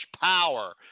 power